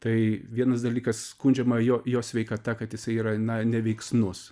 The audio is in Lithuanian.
tai vienas dalykas skundžiama jo jo sveikata kad jisai yra na neveiksnus